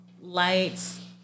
lights